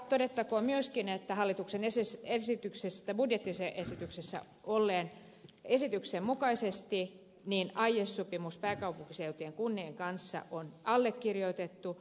todettakoon myöskin että hallituksen jäsen esityksestä budjetti sen esityksessä olleen budjettiesityksen mukaisesti aiesopimus pääkaupunkiseudun kuntien kanssa on allekirjoitettu